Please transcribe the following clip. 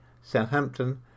Southampton